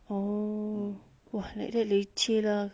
oh !wah! like that leceh lah